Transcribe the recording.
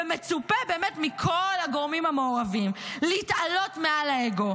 ומצופה מכל הגורמים המעורבים להתעלות מעל האגו,